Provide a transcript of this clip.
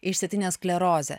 išsėtinė sklerozė